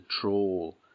troll